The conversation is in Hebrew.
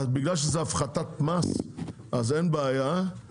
בגלל שזה הפחתת מס אז אין בעיה,